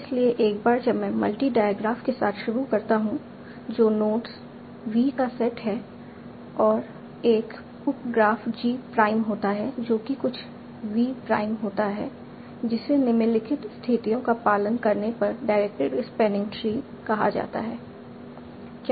इसलिए एक बार जब मैं मल्टी डाइग्राफ के साथ शुरू करता हूं जो नोड V का सेट है और एक उपग्राफ G प्राइम होता है जो कि कुछ V प्राइम होता है जिसे निम्नलिखित स्थितियों का पालन करने पर डायरेक्टेड स्पैनिंग ट्री कहा जाता है